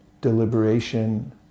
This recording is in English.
deliberation